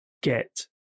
get